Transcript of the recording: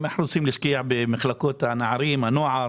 אם אנחנו רוצים להשקיע במחלקות הנערים, הנוער